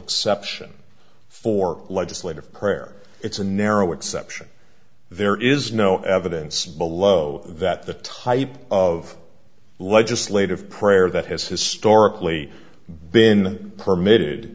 exception for legislative prayer it's a narrow exception there is no evidence below that the type of legislative prayer that has historically been permitted